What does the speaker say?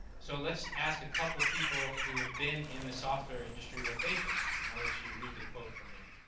so, let's ask a couple of people who have been in the software industry what think. and i'll let you read the quote for a minute.